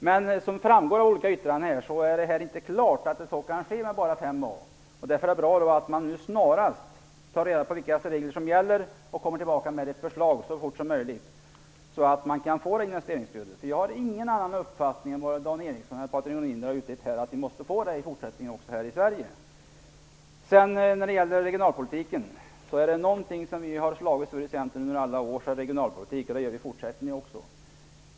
Men som framgår av olika yttranden är det inte klart att så kan ske med bara 5a, och därför är det bra att man snarast tar reda på vilka regler som gäller och kommer tillbaka med ett förslag så fort som möjligt, så att vi kan få ett investeringsstöd. Min uppfattning skiljer sig alltså inte från Dan Ericssons eller Patrik Norinders på den här punkten, utan jag menar att vi måste ha ett sådant investeringsstöd också i fortsättningen i Sverige. Dan Ericsson talade om regionalpolitiken. Är det något vi har slagits för i Centern under alla år så är det regionalpolitik, och det kommer vi att göra i fortsättningen också.